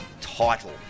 title